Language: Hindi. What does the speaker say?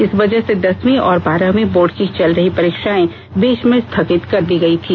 इस वजह से दसवीं और बारहवीं बोर्ड की चल रही परीक्षाएं बीच में स्थगित कर दी गई थी